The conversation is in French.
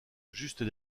juste